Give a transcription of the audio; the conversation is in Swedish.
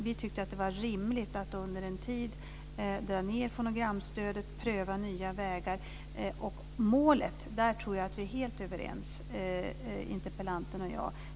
Vi tyckte att det var rimligt att dra ned fonogramstödet under en tid och pröva nya vägar. Jag tror att interpellanten och jag är helt överens om målet.